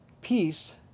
Peace